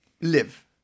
Live